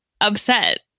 upset